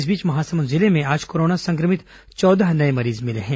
इस बीच महासमुंद जिले में आज कोरोना संक्रमित चौदह नये मरीज मिले हैं